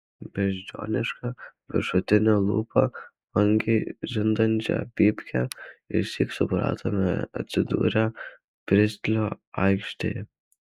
beždžioniška viršutine lūpa vangiai žindančią pypkę išsyk supratome atsidūrę pristlio aikštėje